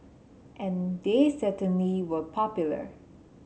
and they certainly were popular